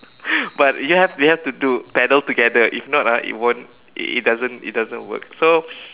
but we have we have to do paddle together if not ah it won't it doesn't it doesn't work so